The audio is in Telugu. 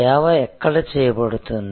సేవ ఎక్కడ చేయబడుతుంది